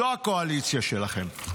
זו הקואליציה שלכם.